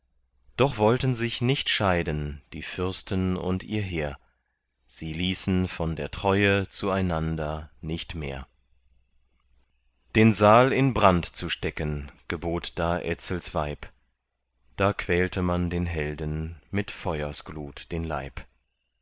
doch wollten sich nicht scheiden die fürsten und ihr heer sie ließen von der treue zueinander nicht mehr den saal in brand zu stecken gebot da etzels weib da quälte man den helden mit feuersglut den leib